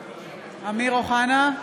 אבוטבול, בעד סמי אבו שחאדה,